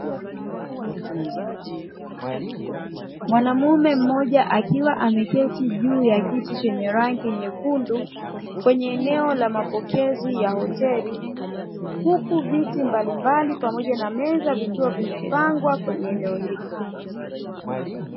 Mwanamume mmoja akiwa ameketi juu ya kiti chenye rangi nyekundu, kwenye eneo la mapokezi ya hoteli, huku viti mbalimbali pamoja na meza vikiwa vimepangwa kwenye eneo hilo.